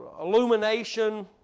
illumination